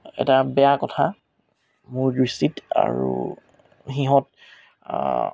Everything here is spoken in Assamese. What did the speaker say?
এটা বেয়া কথা মোৰ দৃষ্টিত আৰু সিহঁত